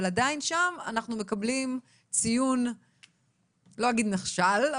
אבל עדיין שם אנחנו מקבלים ציון שאני לא אגיד "נכשל",